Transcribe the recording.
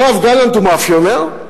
יואב גלנט הוא מאפיונר?